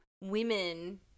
women